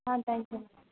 ah thank you ma'am